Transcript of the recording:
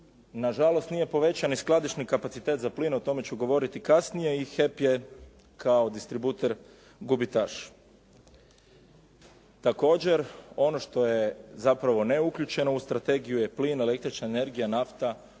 Nažalost, nije povećan ni skladišni kapacitet za plin, o tome ću govoriti kasnije i HEP je kao distributer gubitaš. Također, ono što je zapravo ne uključeno u strategiju je plin, električna energija, nafta,